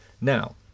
Now